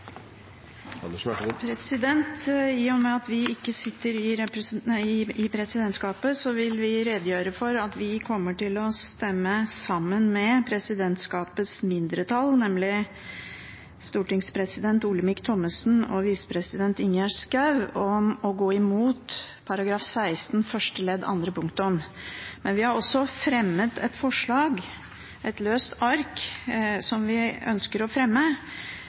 presidentskapet, vil vi redegjøre for at vi kommer til å stemme sammen med presidentskapets mindretall, nemlig stortingspresident Olemic Thommessen og visepresident Ingjerd Schou, om å gå imot § 16 første ledd andre punktum. Men vi har også et forslag – på et løst ark – som vi ønsker å fremme.